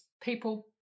people